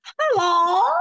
Hello